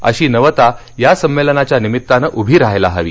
अशी नवता या संमेलनाच्या निमित्ताने उभी राहायला हवी